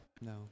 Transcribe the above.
No